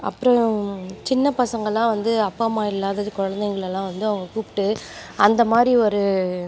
அப்புறம் சின்னப்பசங்களெல்லாம் வந்து அப்பா அம்மா இல்லாத குழந்தைங்களெல்லாம் வந்து அவங்க கூப்பிட்டு அந்த மாதிரி ஒரு